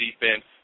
defense